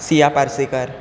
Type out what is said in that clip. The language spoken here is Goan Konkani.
सीया पार्सेकार